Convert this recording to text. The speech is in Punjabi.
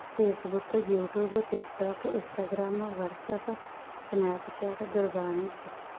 Facebook YouTube TikTok Instagram WhatsApp Snapchat Gurbani St